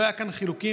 לא היו כאן מחלוקות,